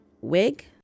wig